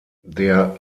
der